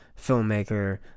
filmmaker